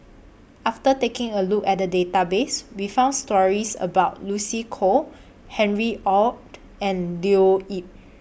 after taking A Look At The Database We found stories about Lucy Koh Harry ORD and Leo Yip